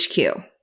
HQ